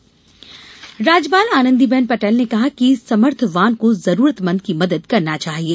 राज्यपाल राज्यपाल आनंदीबेन पटेल ने कहा है कि समर्थवान को जरूरतमंद की मदद करना चाहिये